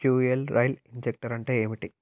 fuel rail injector అంటే ఏమిటి